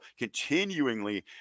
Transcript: continuingly